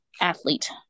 athlete